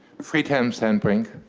friedhelm sandbrink.